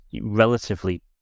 relatively